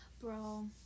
Bro